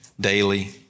daily